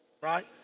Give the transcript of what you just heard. right